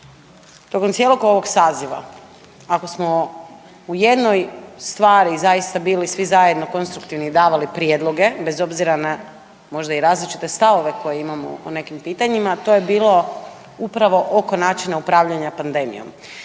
tokom cijelog ovog saziva, ako smo u jednoj stvari zaista bili svi zajedno konstruktivni i davali prijedloge, bez obzira na, možda i različite stavove koje imamo o nekim pitanjima, to je bilo upravo oko načina upravljanja pandemijom.